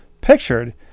pictured